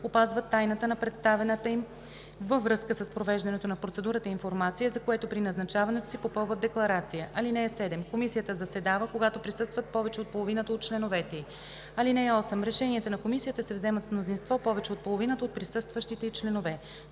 опазват тайната на предоставената им във връзка с провеждането на процедурата информация, за което при назначаването си попълват декларация. (7) Комисията заседава, когато присъстват повече от половината от членовете ѝ. (8) Решенията на комисията се вземат с мнозинство повече от половината от присъстващите й членове.